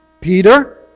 Peter